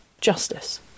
justice